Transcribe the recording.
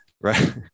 right